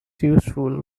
useful